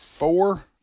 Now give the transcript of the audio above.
Four